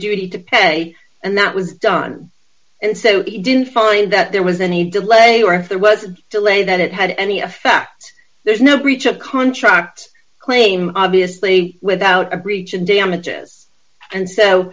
duty to pay and that was done and so he didn't find that there was any delay or if there was delay that it had any effect there's no breach of contract claim obviously without a breach of damages and so